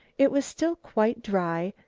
it was still quite dry,